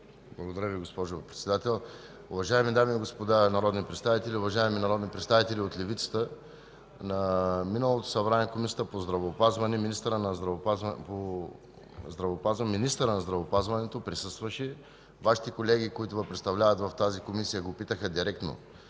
Благодаря Ви, госпожо Председател. Уважаеми дами и господа народни представители, уважаеми народни представители от левицата. На миналото заседание на Комисията по здравеопазването, министърът по здравеопазването присъстваше, Вашите колеги, които Ви представляват в тази Комисия, го попитаха директно